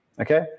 Okay